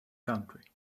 country